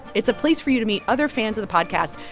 it's a place for you to meet other fans of the podcast,